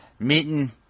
Meeting